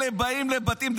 אלה באים לבתים.